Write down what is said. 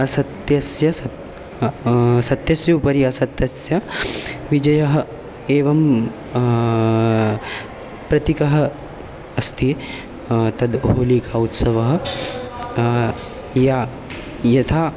असत्यस्य सत् सत्यस्य उपरि असत्यस्य विजयः एवं प्रतीकः अस्ति तद् होलिकाउत्सवः या यथा